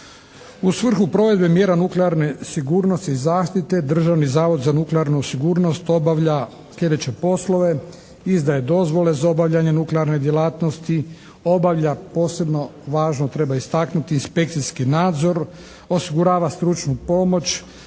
U svrhu provedbe mjera nuklearne sigurnosti i zaštite Državni zavoda za nuklearnu sigurnost obavlja sljedeće poslove. Izdaje dozvole za obavljanje nuklearne djelatnosti, obavljanja posebno važno treba istaknuti inspekcijski nadzor, osigurava stručnu pomoć